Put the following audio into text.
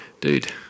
Dude